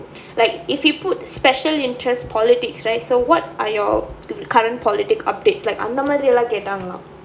like if you put special interest politics right so what are your current politics updates அந்த மாதிரி எல்லாம் கேட்டாங்கன்னா:antha maathiri ellaam kettaangannaa